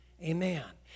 Amen